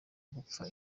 gupfa